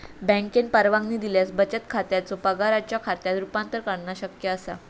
बँकेन परवानगी दिल्यास बचत खात्याचो पगाराच्यो खात्यात रूपांतर करणा शक्य असा